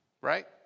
right